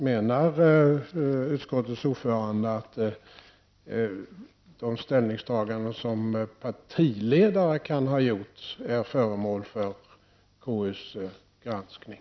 Menar utskottets ordförande att de ställningstaganden som partiledare kan ha gjort är föremål för KUs granskning?